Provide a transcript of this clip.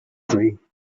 dream